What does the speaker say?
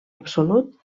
absolut